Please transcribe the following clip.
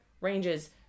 ranges